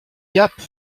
gap